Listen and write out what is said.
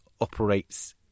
operates